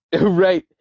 right